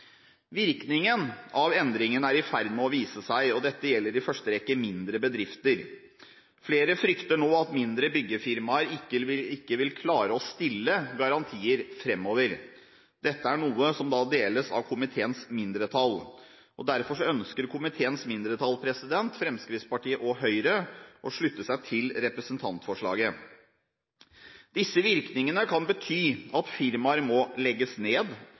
Virkningen av endringen er i ferd med å vise seg, og dette gjelder i første rekke mindre bedrifter. Flere frykter nå at mindre byggefirmaer ikke vil klare å stille garantier framover. Dette er noe som deles av komiteens mindretall. Derfor ønsker komiteens mindretall, Fremskrittspartiet og Høyre, å slutte seg til representantforslaget. Disse virkningene kan bety at firmaer må legges ned,